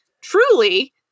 Truly